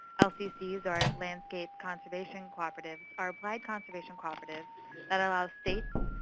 lccs, or landscape conservation cooperatives, are applied conservation cooperatives that allow states,